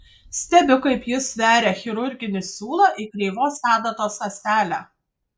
stebiu kaip jis veria chirurginį siūlą į kreivos adatos ąselę